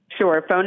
Sure